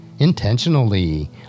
intentionally